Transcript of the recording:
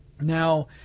now